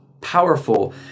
powerful